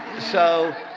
so